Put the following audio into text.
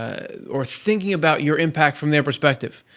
or, thinking about your impact from their perspective.